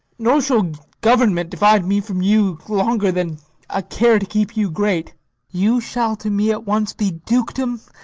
nor shall government divide me from you longer, than a care to keep you great you shall to me at once be dukedom,